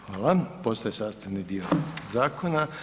Hvala, postaje sastavni dio zakona.